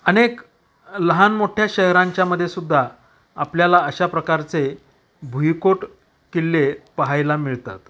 अनेक लहान मोठ्या शहरांच्या मध्ये सुद्धा आपल्याला अशा प्रकारचे भुईकोट किल्ले पाहायला मिळतात